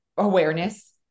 awareness